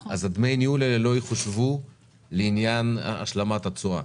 דמי הניהול האלה לא יחושבו לעניין השלמת התשואה.